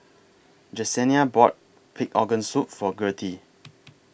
Jesenia bought Pig Organ Soup For Gertie